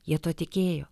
jie tuo tikėjo